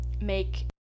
make